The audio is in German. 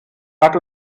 hat